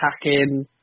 attacking